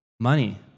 Money